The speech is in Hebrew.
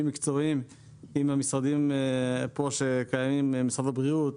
מקצועיים עם המשרדים שקיימים פה: משרד הבריאות,